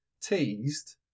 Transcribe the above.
teased